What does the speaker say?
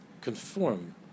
conform